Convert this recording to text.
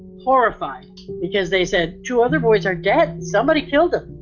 horrified because they said two other boys are dead. somebody killed them